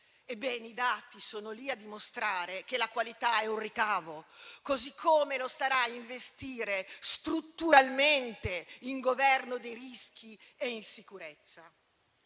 Ebbene, i dati sono lì a dimostrare che la qualità è un ricavo, così come lo sarà investire strutturalmente in governo dei rischi e in sicurezza.